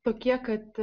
tokie kad